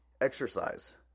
Exercise